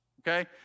okay